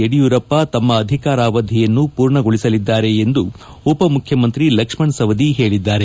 ಯಡಿಯೂರಪ್ಪ ತಮ್ಮ ಅಧಿಕಾರವಧಿಯನ್ನು ಪೂರ್ಣಗೊಳಿಸಲಿದ್ದಾರೆ ಎಂದು ಉಪಮುಖ್ಯಮಂತ್ರಿ ಲಕ್ಷ್ಮಣ ಸವದಿ ತಿಳಿಸಿದ್ದಾರೆ